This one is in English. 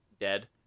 dead